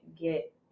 get